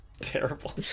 Terrible